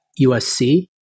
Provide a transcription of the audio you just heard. USC